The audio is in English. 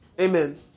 Amen